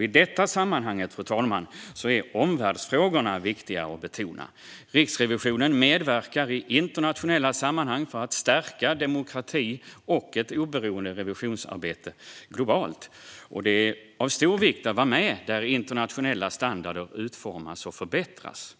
I detta sammanhang, fru talman, är omvärldsfrågorna viktiga att betona. Riksrevisionen medverkar i internationella sammanhang för att stärka demokrati och ett oberoende revisionsarbete globalt. Det är också av stor vikt att vara med där internationella standarder utformas och förbättras.